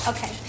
Okay